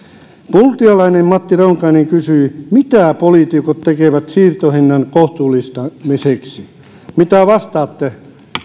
multialainen matti ronkainen kysyi mitä poliitikot tekevät siirtohinnan kohtuullistamiseksi mitä vastaatte